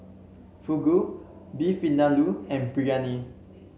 Fugu Beef Vindaloo and Biryani